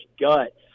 guts